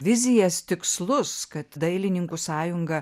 vizijas tikslus kad dailininkų sąjunga